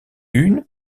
une